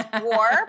war